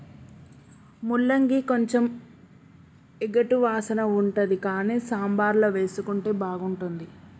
ముల్లంగి కొంచెం ఎగటు వాసన ఉంటది కానీ సాంబార్ల వేసుకుంటే బాగుంటుంది